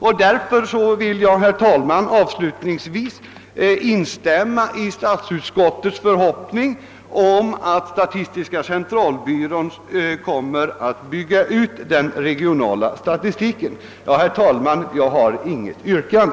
Avslutningsvis vill jag instämma i statsutskottets förhoppning om att statistiska centralbyrån kommer att bygga ut den regionala statistiken. Herr talman! Jag har inget yrkande.